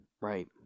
right